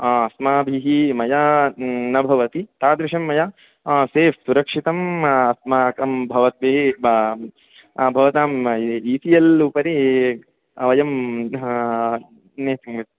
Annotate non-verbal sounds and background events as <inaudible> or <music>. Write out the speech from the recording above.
अस्माभिः मया न भवति तादृशं मया सेफ़् सुरक्षितम् अस्माकं भवद्भिः भवताम् इ पी एल् उपरि वयं <unintelligible>